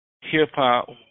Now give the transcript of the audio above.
hip-hop